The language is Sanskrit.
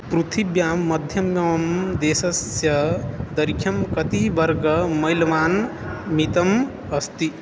पृथिव्यां मध्यमं देशस्य दैर्घ्यं कति वर्गमैल्मानमितम् अस्ति